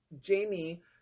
Jamie